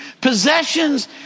possessions